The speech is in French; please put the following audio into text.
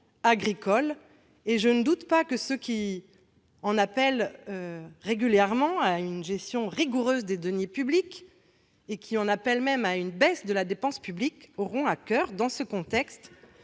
agricole. Je ne doute pas que ceux qui en appellent régulièrement à une gestion rigoureuse des deniers publics, et même à une baisse de la dépense publique, auront à coeur, dans ce contexte,